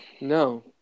No